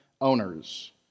owners